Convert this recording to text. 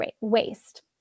waste